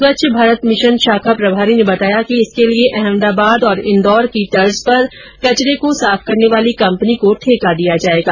स्वच्छ भारत मिशन शाखा प्रभारी सौरम गुप्ता ने बताया कि इसके लिए अहमदाबाद और इंदौर की तर्ज पर कचरे को साफ करने वाली कंपनी को ठेका दिया जाएगा